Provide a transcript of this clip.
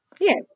Yes